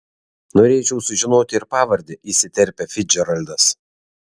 norėčiau sužinoti ir pavardę įsiterpia ficdžeraldas